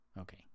okay